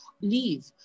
leave